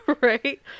Right